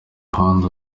muhanda